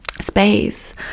space